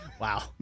Wow